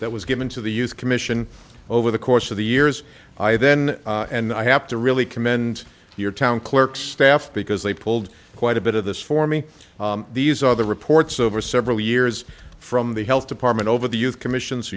that was given to the hughes commission over the course of the years i then and i have to really commend your town clerks staff because they pulled quite a bit of this for me these are the reports over several years from the health department over the years commission so